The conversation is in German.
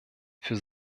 für